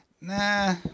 Nah